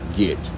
get